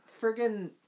Friggin